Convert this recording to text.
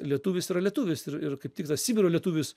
lietuvis yra lietuvis ir ir kaip tikras sibiro lietuvis